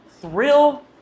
thrill